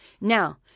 Now